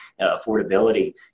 affordability